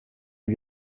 die